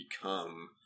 become